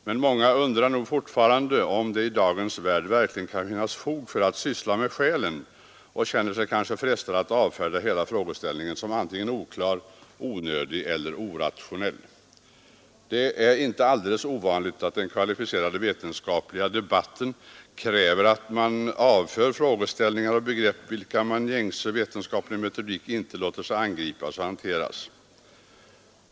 Men många undrar nog fortfarande om det i dagens värld verkligen kan finnas fog för att syssla med ”själen” och känner sig kanske frestade att avfärda hela frågeställningen som oklar, onödig eller orationell. Det är inte alldeles ovanligt att den kvalificerade vetenskapliga debatten kräver att man avför frågeställningar och begrepp vilka med gängse vetenskaplig metodik inte låter sig angripas och hanteras.